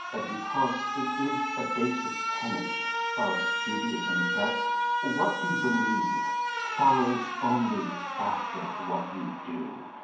and because it is a basic tenet of judaism, that what you believe follows only after what you do.